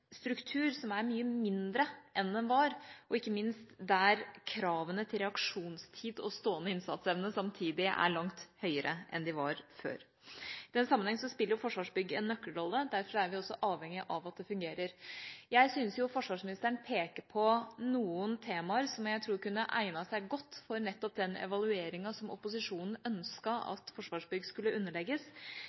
struktur, som er mye mindre enn den var, der ikke minst kravene til reaksjonstid og stående innsatsevne samtidig er langt høyere enn de var før. I den sammenheng spiller Forsvarsbygg en nøkkelrolle. Derfor er vi også avhengig av at det fungerer. Jeg syns forsvarsministeren peker på noen temaer som jeg tror kunne egnet seg godt nettopp for den evalueringen som opposisjonen ønsket at Forsvarsbygg skulle underlegges.